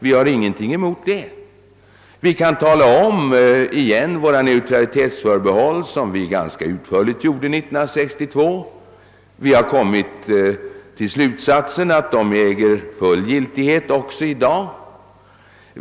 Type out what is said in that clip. Vi kan då framhålla att vi kommit till slutsatsen, att våra neutralitetsförbehåll, som vi ganska utförligt redogjorde för 1961—1962, äger full giltighet även i dag.